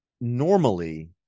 normally